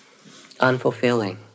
unfulfilling